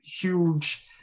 huge